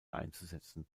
einzusetzen